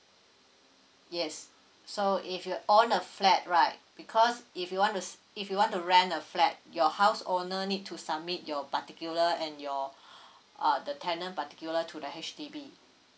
yes so if you own a flat right because if you want to s~ if you want to rent a flat your house owner need to submit your particular and your uh the tenant particular to the H_D_B